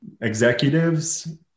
executives